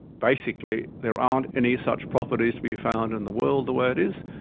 basically there aren't any such properties to be found in the world the way it is,